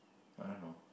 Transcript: I don't know